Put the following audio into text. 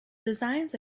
designs